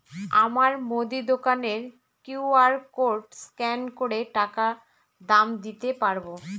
আমার মুদি দোকানের কিউ.আর কোড স্ক্যান করে টাকা দাম দিতে পারব?